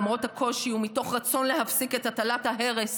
למרות הקושי ומתוך רצון להפסיק את הטלת ההרס